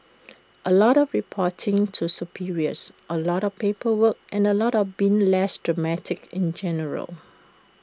A lot of reporting to superiors A lot of paperwork and A lot of being less dramatic in general